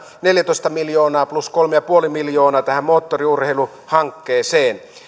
neljätoista miljoonaa plus kolme pilkku viisi miljoonaa tähän moottoriurheiluhankkeeseen